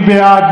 מי בעד?